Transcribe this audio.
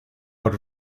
out